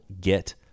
Get